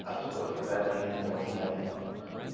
ah so look for that in your email inbox.